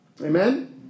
Amen